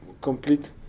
complete